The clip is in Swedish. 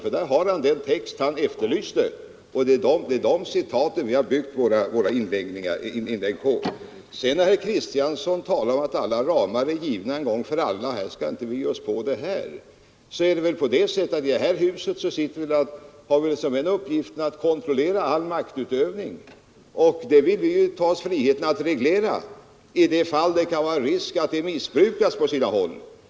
Där har han den text han efterlyste, och det är dessa citat vi byggt våra inlägg på. Herr Kristiansson säger vidare att alla ramar är givna en gång för alla och att vi inte skall ge oss på detta. Men det är väl ändå på det sättet att vi som sitter i det här huset har som en uppgift att kontrollera all maktutövning, och vi har naturligtvis frihet att reglera i de fall där det kan finnas risk för att denna missbrukas.